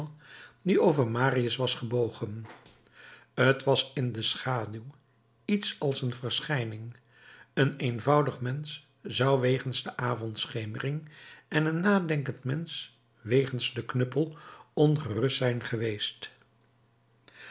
die over marius was gebogen t was in de schaduw iets als een verschijning een eenvoudig mensch zou wegens de avondschemering en een nadenkend mensch wegens den knuppel ongerust zijn geweest